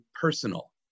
personal